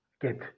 get